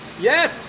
Yes